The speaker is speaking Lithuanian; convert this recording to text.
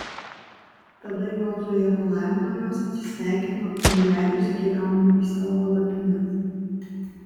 tada jozuė palaimino juos atsisveikino ir jie leidosi kelionėn į savo palapines